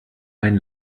ein